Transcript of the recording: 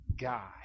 guy